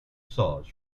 saws